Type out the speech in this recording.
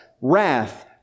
wrath